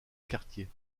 quartier